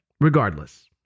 regardless